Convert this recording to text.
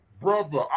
Brother